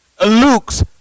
Luke's